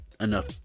enough